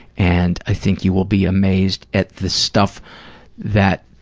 and i think you will be amazed at the stuff that